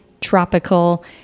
tropical